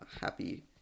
happy